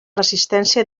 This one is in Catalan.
resistència